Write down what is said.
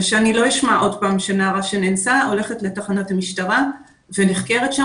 ושאני לא אשמע עוד פעם שנערה שנאנסה הולכת לתחנת המשטרה ונחקרת שם